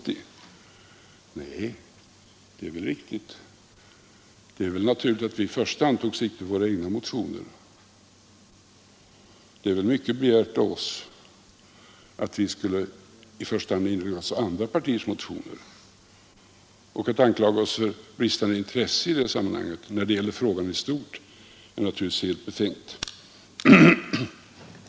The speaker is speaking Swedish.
Nej, det är riktigt. Det är väl naturligt att vi i första hand tagit sikte på våra egna motioner. Det är väl mycket begärt av oss att vi i första hand skulle inrikta oss på andra partiers motioner. Och att i det sammanhanget anklaga oss för bristande intresse när det gäller frågan i stort är naturligtvis helt befängt.